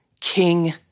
King